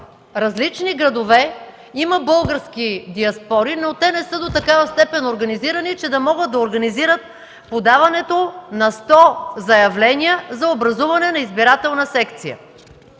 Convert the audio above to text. различни градове има български диаспори, но те не са до такава степен организирани, че да могат да организират подаването на 100 заявления за образуване на избирателна секция.